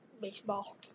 baseball